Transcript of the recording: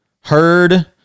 heard